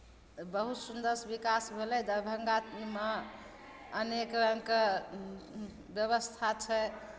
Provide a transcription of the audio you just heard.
बहुत सुन्दरसँ विकास भेलै दरभंगामे यहाँ अनेक रङ्गके व्यवस्था छै